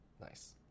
Nice